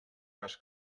cas